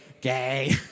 gay